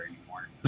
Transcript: anymore